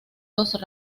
dos